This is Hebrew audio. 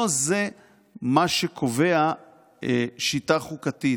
לא זה מה שקובע שיטה חוקתית,